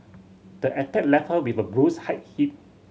the attack left her with a bruised height hip